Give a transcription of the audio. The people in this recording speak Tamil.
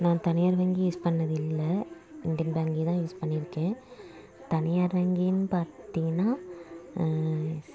நான் தனியார் வங்கி யூஸ் பண்ணாதே இல்லை இந்தியன் வங்கி தான் யூஸ் பண்ணியிருக்கேன் தனியார் வங்கியினு பார்த்திங்கனா